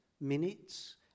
minutes